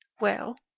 well?